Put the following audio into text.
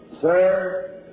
Sir